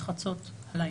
בחצות הלילה.